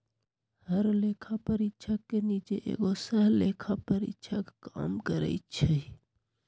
हर लेखा परीक्षक के नीचे एगो सहलेखा परीक्षक काम करई छई